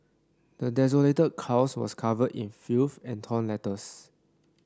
the desolated house was covered in filth and torn letters